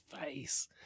face